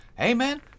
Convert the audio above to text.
Amen